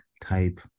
type